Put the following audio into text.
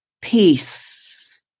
peace